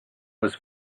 was